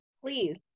Please